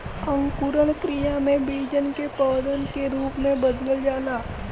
अंकुरण क्रिया में बीजन के पौधन के रूप में बदल जाला